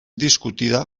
discutida